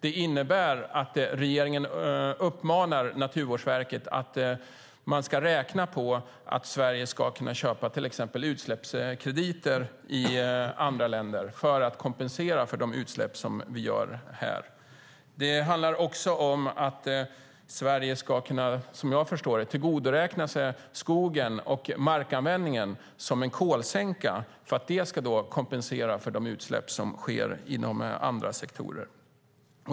Det innebär att regeringen uppmanar Naturvårdsverket att räkna på att Sverige ska kunna köpa till exempel utsläppskrediter i andra länder för att kompensera för de utsläpp som vi gör här. Det handlar också om att Sverige, som jag förstår det, ska kunna tillgodoräkna sig skogen och markanvändningen som en kolsänka för att det ska kompensera för de utsläpp som sker inom andra sektorer.